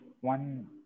one